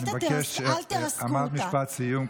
אני מבקש, אמרת משפט סיום.